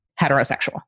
heterosexual